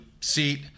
seat